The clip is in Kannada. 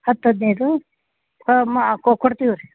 ಹತ್ತು ಹದಿನೈದು ಮಾ ಕೊಡ್ತೀವಿ ರೀ